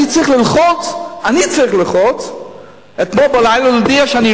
אני צריך ללחוץ אתמול בלילה ולהודיע שלא